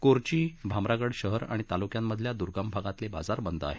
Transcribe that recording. कोरची भामरागड शहर आणि तालुक्यांतल्या दुर्गम भागातले बाजार बंद आहेत